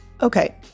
Okay